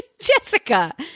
Jessica